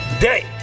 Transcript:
day